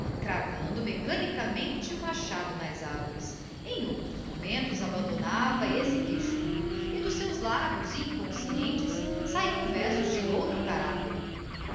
cravando mecanicamente o machado nas arvores em outros momentos abandonava esse queixume e dos seus lábios inconscientes sahiam versos de outro caracter